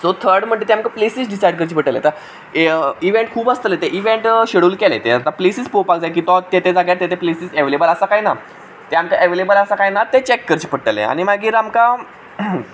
so third म्हणटा तें आमकां प्लॅसीस डिसायड करचें पडटलें आतां इव्हेंट खूब आसतले ते इव्हेंट शेड्युल केले ते आतां प्लॅसीस पळोवपाक जाय की तो ते ते जाग्यार ते ते प्लॅसीस एवेलेबल आसा कांय ना ते आमकां एवेलेबल आसा कांय ना तें चॅक करचें पडटलें आनी मागीर आमकां